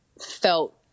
felt